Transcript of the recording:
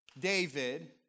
David